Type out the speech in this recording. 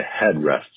headrests